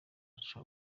aca